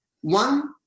One